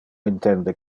intende